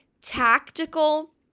tactical